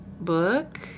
book